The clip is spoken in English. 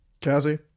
Cassie